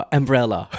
umbrella